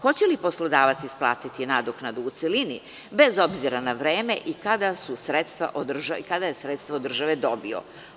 Hoće li poslodavac isplatiti nadoknadu u celini, bez obzira na vreme i kada je sredstva od države dobio?